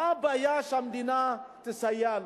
מה הבעיה שהמדינה תסייע לו?